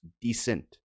decent